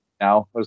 now